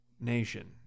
nation